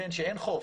כן, שאין חוף.